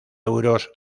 euros